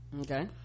okay